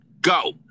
go